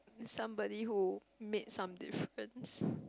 somebody who made some difference